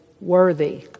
worthy